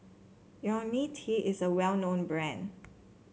IoniL T is a well known brand